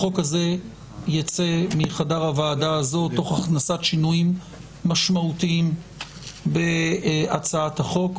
החוק הזה יצא מחדר הוועדה הזו תוך הכנסת שינויים משמעותיים בהצעת החוק.